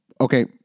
Okay